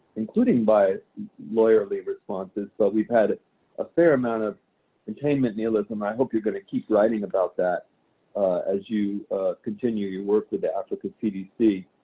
including by lawyerly responses. but we've had a fair amount of containment nihilism. i hope you're going to keep writing about that as you continue your work with the africa cdc.